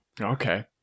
Okay